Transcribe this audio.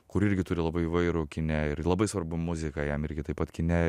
kur irgi turi labai įvairų kine ir labai svarbu muzika jam irgi taip pat kine